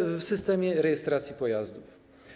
w systemie rejestracji pojazdów.